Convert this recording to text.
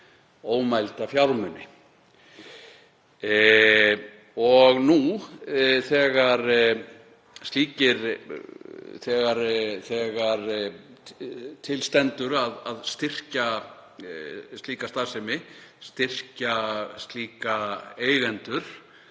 ómælda fjármuni. Nú, þegar til stendur að styrkja slíka starfsemi, styrkja slíka eigendur,